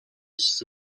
چیز